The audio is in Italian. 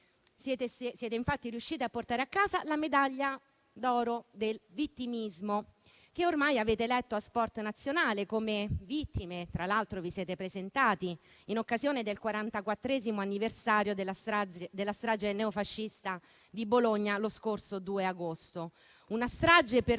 Siete infatti riusciti a portare a casa la medaglia d'oro del vittimismo, che ormai avete eletto a sport nazionale. Come vittime, tra l'altro, vi siete presentati in occasione del quarantaquattresimo anniversario della strage neofascista di Bologna lo scorso 2 agosto, una strage per